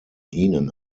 ihnen